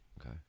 Okay